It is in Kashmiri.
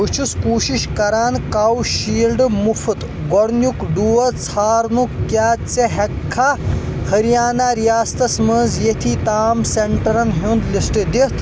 بہٕ چھُس کوٗشِش کران کو شیٖلڈ مُفٕط گۄڈنیُک ڈوز ژھارنُک کیٛاہ ژٕ ہیٚککھا ۂریانہ ریاستس مَنٛز یتھی تام سینٹرن ہُنٛد لسٹ دِتھ؟